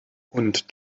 und